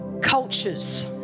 cultures